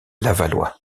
lavallois